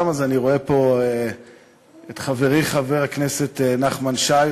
רואה פה את חברי חבר הכנסת נחמן שי,